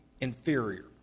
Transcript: inferior